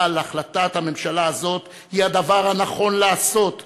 אבל החלטת הממשלה הזאת היא הדבר הנכון לעשות,